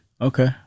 Okay